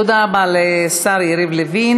תודה רבה לשר יריב לוין.